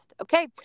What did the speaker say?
Okay